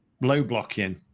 low-blocking